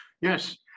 Yes